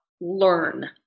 learn